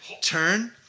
Turn